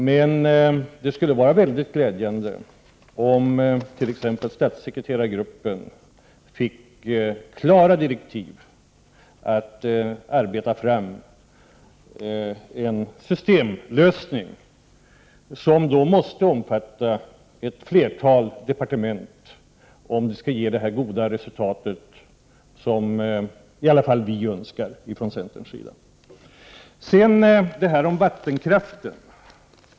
Men det skulle vara mycket glädjande om t.ex. statssekreterargruppen fick klara direktiv att arbeta fram en systemlösning, som måste omfatta ett flertal departement om den skall ge det goda resultat som i alla fall vi från centern önskar. Sedan till vad som sades om vattenkraften.